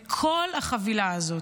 זה כל החבילה הזאת.